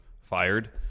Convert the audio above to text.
fired